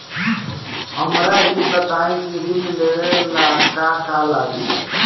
हमरा ई बताई की ऋण लेवे ला का का लागी?